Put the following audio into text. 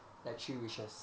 the three wishes